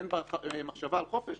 ואין בה מחשבה על חופש.